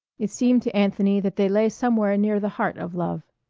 it seemed to anthony that they lay somewhere near the heart of love.